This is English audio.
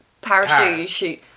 parachute